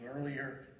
earlier